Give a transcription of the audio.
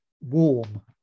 warm